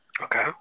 Okay